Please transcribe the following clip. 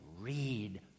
read